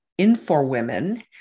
InforWomen